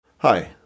Hi